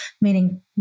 meaning